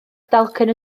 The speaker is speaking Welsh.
dalcen